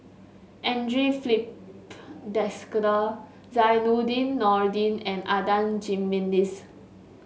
Andre Filipe Desker Zainudin Nordin and Adan Jimenez